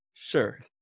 Sure